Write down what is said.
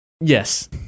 Yes